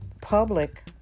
Public